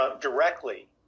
directly